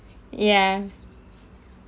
ya